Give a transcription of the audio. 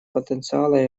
потенциала